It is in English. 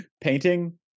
Painting